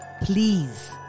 Please